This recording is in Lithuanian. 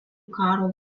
karo